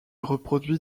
reproduit